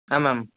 ಹಾಂ ಮ್ಯಾಮ್